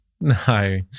no